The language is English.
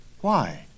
Why